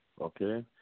Okay